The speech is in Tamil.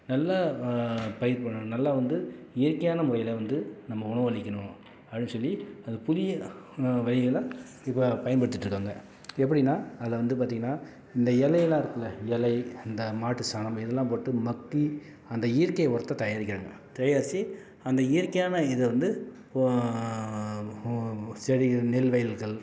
நல்லா பயிர் பண்ணும் நல்லா வந்து இயற்கையான முறையில் வந்து நம்ம உணவளிக்கணும் அப்படின்னு சொல்லி அந்த புதிய வழிகள இப்போ பயன்படுத்திட்டுருக்காங்க எப்படின்னா அதில் வந்து பார்த்தீங்கன்னா இந்த இலையெல்லாம் இருக்குல்ல இலை இந்த மாட்டு சாணம் இதெல்லாம் போட்டு மக்கி அந்த இயற்கை உரத்தை தயாரிக்கிறாங்க தயாரிச்சு அந்த இயற்கையான இதை வந்து செடி நெல் வயல்கள்